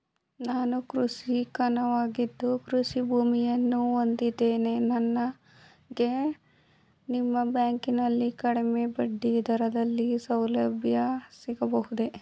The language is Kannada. ನಾನು ಕೃಷಿಕನಾಗಿದ್ದು ಕೃಷಿ ಭೂಮಿಯನ್ನು ಹೊಂದಿದ್ದೇನೆ ನನಗೆ ನಿಮ್ಮ ಬ್ಯಾಂಕಿನಲ್ಲಿ ಕಡಿಮೆ ಬಡ್ಡಿ ದರದಲ್ಲಿ ಸಾಲಸೌಲಭ್ಯ ಸಿಗಬಹುದೇ?